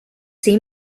see